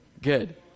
good